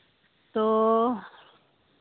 ᱛᱚ